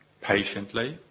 patiently